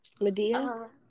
Medea